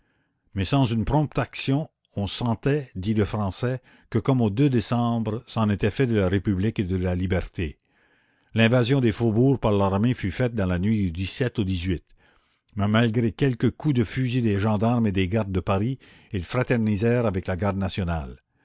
mais sans une prompte action on sentait dit lefrançais que comme au décembre c'en était fait de la république et de la liberté l'invasion des faubourgs par l'armée fut faite dans la nuit du au mais malgré quelques coups de fusil des gendarmes et des gardes de paris ils fraternisèrent avec la garde nationale